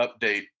update